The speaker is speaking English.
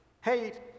hate